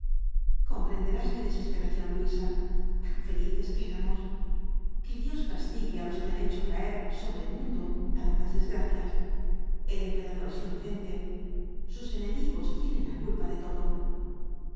comprenderás mi desesperación luisa tan felices que éramos que dios castigue á los que han hecho caer sobre el mundo tantas desgracias el emperador es inocente sus enemigos tienen la culpa de todo